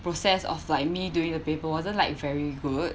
process of like me doing the paper wasn't like very good